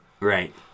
Right